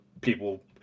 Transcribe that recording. people